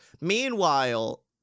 Meanwhile